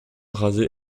rasé